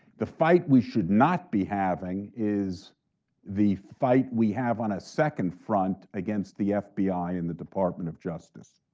the fight we should not be having is the fight we have on a second front against the fbi and the department of justice.